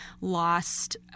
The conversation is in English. lost